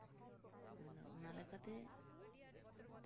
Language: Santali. ᱟᱫᱚ ᱚᱱᱟ ᱞᱮᱠᱟᱛᱮ